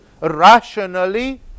rationally